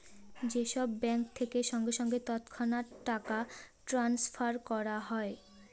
যে সব ব্যাঙ্ক থেকে সঙ্গে সঙ্গে তৎক্ষণাৎ টাকা ট্রাস্নফার করা হয়